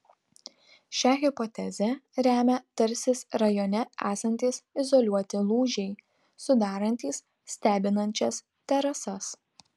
šią hipotezę remia tarsis rajone esantys izoliuoti lūžiai sudarantys stebinančias terasas